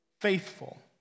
faithful